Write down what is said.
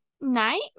night